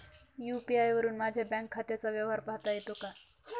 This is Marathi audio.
यू.पी.आय वरुन माझ्या बँक खात्याचा व्यवहार पाहता येतो का?